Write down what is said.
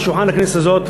על שולחן הכנסת הזאת,